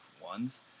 ones